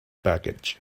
baggage